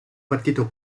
partito